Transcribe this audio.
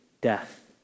death